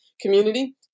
community